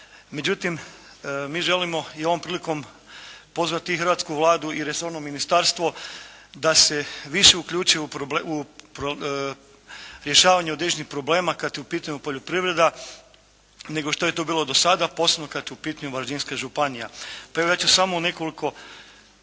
međutim mi želimo i ovom prilikom pozvati hrvatsku Vladu i resorno ministarstvo da se više uključe u rješavanje određenih problema kad je u pitanju poljoprivreda, nego što je to bilo do sada, posebno kad je u pitanju Varaždinska županija.